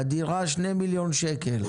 הדירה שני מיליון שקל.